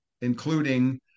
including